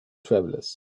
travelers